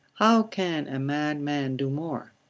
how can a mad man do more?